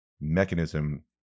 mechanism